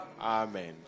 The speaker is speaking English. Amen